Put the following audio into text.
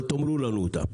אבל תאמרו לנו אותם.